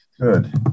Good